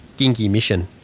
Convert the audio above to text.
gingie mission.